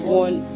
one